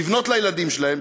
לבנות לילדים שלהן,